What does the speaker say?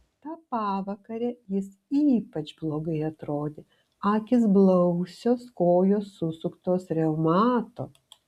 tą pavakarę jis ypač blogai atrodė akys blausios kojos susuktos reumato